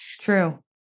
True